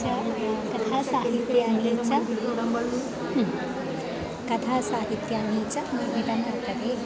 च कथासाहित्यानि च कथा साहित्यानि च निर्मितं वर्तते